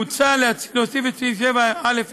מוצע להוסיף את סעיף 7(א1)